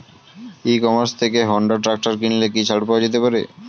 ই commerce থেকে Honda tractor কিনলে কি ছাড় পাওয়া যেতে পারে?